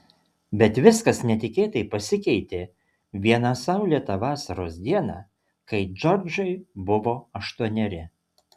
bet viskas netikėtai pasikeitė vieną saulėtą vasaros dieną kai džordžai buvo aštuoneri